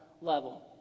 level